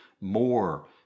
more